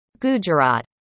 Gujarat